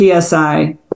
PSI